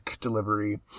delivery